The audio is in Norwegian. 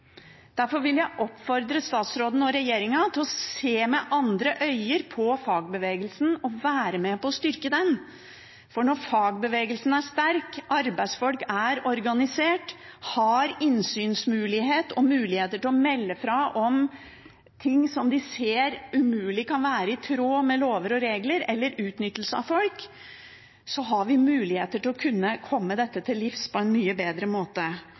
Derfor vil jeg oppfordre statsråden og regjeringen til å se med andre øyne på fagbevegelsen og være med på å styrke den. For når fagbevegelsen er sterk, arbeidsfolk er organisert, har innsynsmulighet og mulighet til å melde fra om ting som de ser umulig kan være i tråd med lover og regler, eller utnyttelse av folk, har vi mulighet til å kunne komme dette til livs på en mye bedre måte.